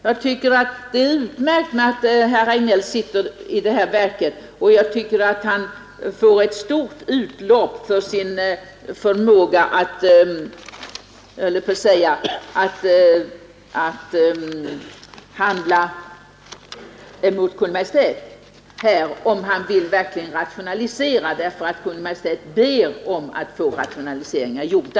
Jag tycker det är utmärkt att herr Hagnell sitter i styrelsen för det här verket. Han kan där verkligen få utlopp för sin förmåga att handla emot Kungl. Maj:t om han verkligen vill rationalisera; Kungl. Maj:t ber nu emellertid att få rationaliseringar gjorda.